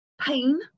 pain